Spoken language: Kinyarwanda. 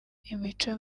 imico